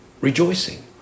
rejoicing